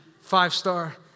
five-star